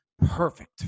Perfect